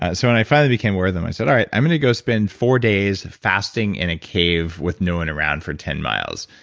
so when i finally became aware of them, i said all right. i'm going to go spend four days fasting in a cave with no one around for ten miles.